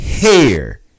hair